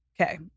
Okay